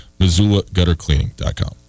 MissoulaGutterCleaning.com